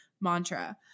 mantra